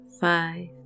Five